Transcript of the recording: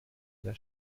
der